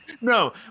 no